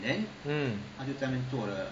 mm